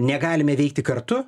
negalime veikti kartu